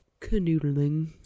canoodling